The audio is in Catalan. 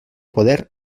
poder